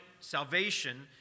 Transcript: salvation